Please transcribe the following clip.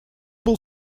был